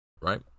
right